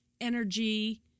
energy